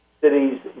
cities